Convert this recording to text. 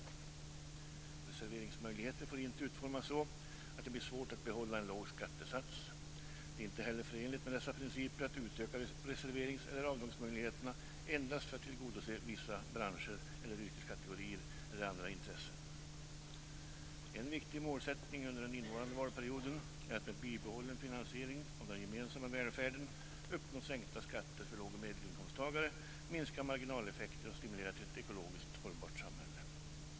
Reserveringsmöjligheter får inte utformas så att det blir svårt att behålla en låg skattesats. Det är inte heller förenligt med dessa principer att utöka reserverings eller avdragsmöjligheterna endast för att tillgodose vissa branscher eller yrkeskategorier eller andra intressen. En viktig målsättning under den innevarande valperioden är att med bibehållen finansiering av den gemensamma välfärden uppnå sänkta skatter för lågoch medelinkomsttagare, minska marginaleffekterna och stimulera till ett ekologiskt hållbart samhälle.